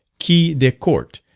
quai de court,